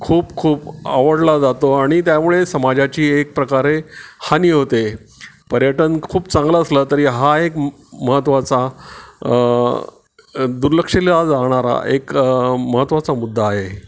खूप खूप आवडला जातो आणि त्यामुळे समाजाची एक प्रकारे हानी होते पर्यटन खूप चांगला असलं तरी हा एक महत्त्वाचा दुर्लक्षिला जाणारा एक महत्त्वाचा मुद्दा आहे